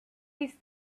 his